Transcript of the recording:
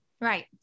Right